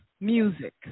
music